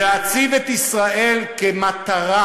ולהציב את ישראל כמטרה,